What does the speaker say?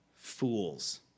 fools